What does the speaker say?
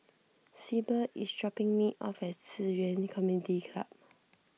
Syble is dropping me off at Ci Yuan Community Club